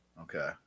Okay